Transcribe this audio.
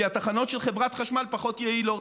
כי התחנות של חברת חשמל פחות יעילות.